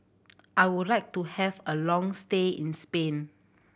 I would like to have a long stay in Spain